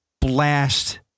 blast